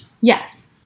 Yes